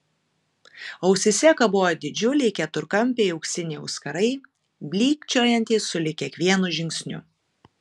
ausyse kabojo didžiuliai keturkampiai auksiniai auskarai blykčiojantys sulig kiekvienu žingsniu